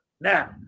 Now